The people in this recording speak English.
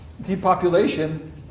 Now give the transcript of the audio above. depopulation